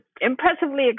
impressively